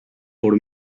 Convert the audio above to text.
por